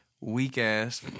weak-ass